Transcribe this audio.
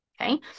Okay